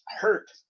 hurt